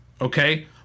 okay